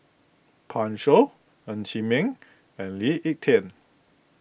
Pan Shou Ng Chee Meng and Lee Ek Tieng